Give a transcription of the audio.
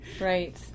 right